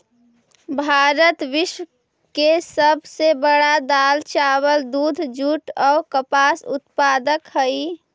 भारत विश्व के सब से बड़ा दाल, चावल, दूध, जुट और कपास उत्पादक हई